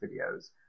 videos